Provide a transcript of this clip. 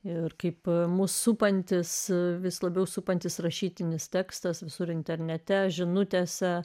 ir kaip mus supantis vis labiau supantis rašytinis tekstas visur internete žinutėse